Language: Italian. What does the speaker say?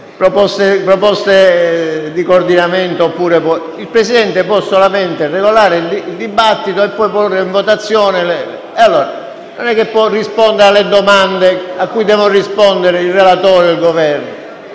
proposte di coordinamento: il Presidente può solamente regolare il dibattito e poi porre in votazione le varie proposte. Non può rispondere alle domande a cui devono rispondere i relatori ed il Governo.